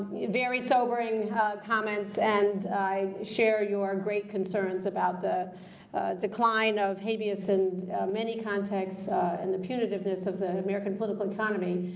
very sobering comments, and i share your great concerns about the decline of habeas in many contexts and the punitiveness of the american political economy.